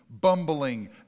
bumbling